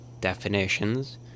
definitions